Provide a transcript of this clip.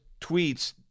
tweets